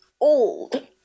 old